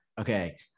Okay